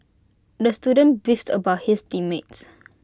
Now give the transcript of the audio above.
the student beefed about his team mates